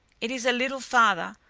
it is a little farther,